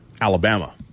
Alabama